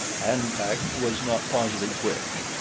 an-tak was not positive which,